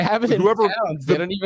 Whoever